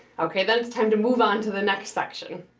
okay then, it's time to move on to the next section.